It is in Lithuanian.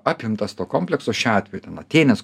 apimtas to komplekso šiuo atveju ten atėnės